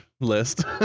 list